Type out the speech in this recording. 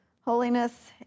holiness